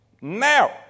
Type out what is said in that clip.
now